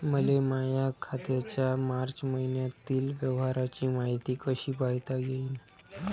मले माया खात्याच्या मार्च मईन्यातील व्यवहाराची मायती कशी पायता येईन?